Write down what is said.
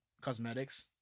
Cosmetics